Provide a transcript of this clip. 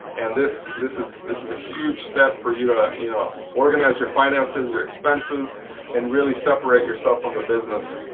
and this this is this is a huge step for you to but you know organize your finances your expenses and really separate yourself from the business.